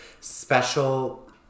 special